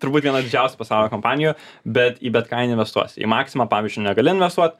turbūt viena didžiausių pasaulio kompanijų bet į bet ką neinvestuosi į maksimą pavyzdžiui negali investuot